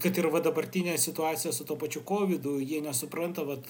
kad ir va dabartinė situacija su tuo pačiu kovidu jie nesupranta vat